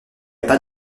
pas